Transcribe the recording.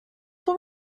will